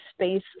space